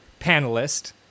panelist